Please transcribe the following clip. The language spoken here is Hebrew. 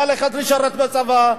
ללכת לשרת בצבא,